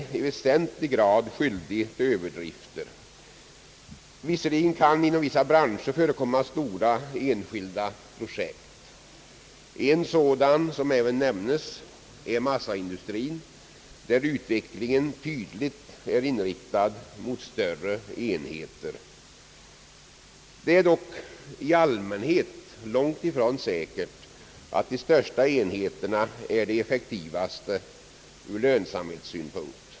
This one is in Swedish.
Visserligen kan inom vissa branscher förekomma stora enskilda projekt. En sådan bransch är som även nämnts här massaindustrin, där utvecklingen tydligt är inriktad mot större enheter. Det är dock i allmänhet långt ifrån säkert att de största enheterna är de effektivaste ur lönsamhetssynpunkt.